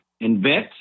invent